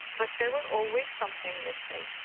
but there was always something missing.